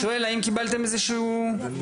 אני שואל אם קיבלתם איזה שהוא --- לא,